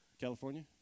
California